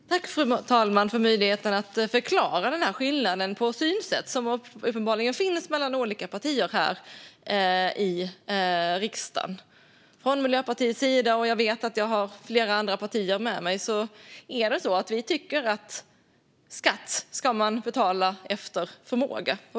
Fru talman! Jag tackar för möjligheten att få förklara denna skillnad i synsätt som uppenbarligen finns mellan olika partier här i riksdagen. Miljöpartiet - jag vet att jag har flera andra partier med mig - tycker att man ska betala skatt efter förmåga.